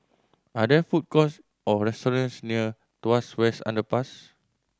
are there food courts or restaurants near Tuas West Underpass